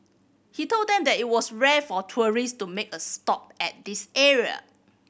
he told them that it was rare for tourist to make a stop at this area